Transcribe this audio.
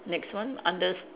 next one under